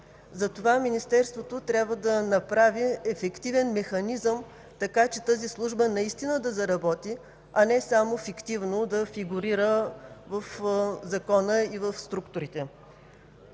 Затова Министерството трябва да направи ефективен механизъм, така че тази служба наистина да заработи, а не само фиктивно да фигурира в Закона и в структурите.